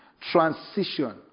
Transition